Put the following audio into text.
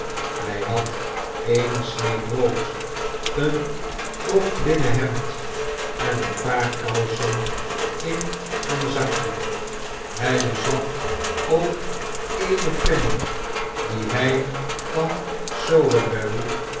hij had eene snee brood een grof linnen hemd en een paar kousen in een zakdoek hij bezat ook eene penny die hij van